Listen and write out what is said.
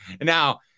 Now